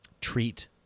treat